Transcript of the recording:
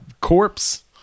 corpse